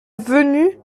venue